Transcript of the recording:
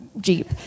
Jeep